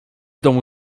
domu